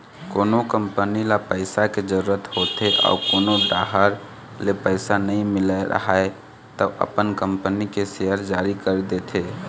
कोनो कंपनी ल पइसा के जरूरत होथे अउ कोनो डाहर ले पइसा नइ मिलत राहय त अपन कंपनी के सेयर जारी कर देथे